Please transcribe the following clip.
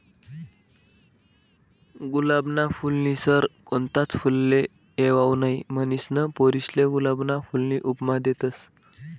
गुलाबना फूलनी सर कोणताच फुलले येवाऊ नहीं, म्हनीसन पोरीसले गुलाबना फूलनी उपमा देतस